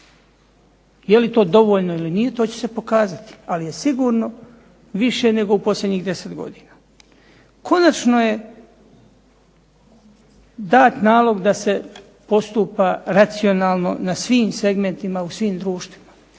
Je li to dovoljno ili nije to će se pokazati, ali je sigurno više nego u posljednjih deset godina. Konačno je dat nalog da se postupa racionalno na svim segmentima u svim društvima,